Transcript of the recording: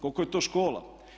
Koliko je to škola?